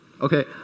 okay